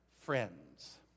friends